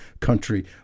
country